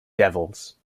devils